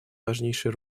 важнейшей